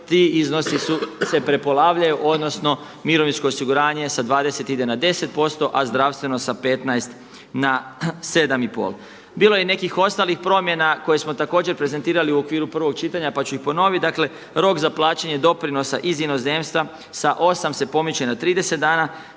ti iznosi se prepolavljaju, odnosno mirovinsko osiguranje sa 20 ide na 10%, a zdravstveno sa 15 na 7 i pol. Bilo je i nekih ostalih promjena koje smo također prezentirali u okviru prvog čitanja, pa ću ih ponoviti. Dakle, rok za plaćanje doprinosa iz inozemstva sa 8 se pomiče na 30 dana.